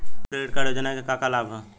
किसान credit card योजना के का का लाभ ह?